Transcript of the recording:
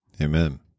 Amen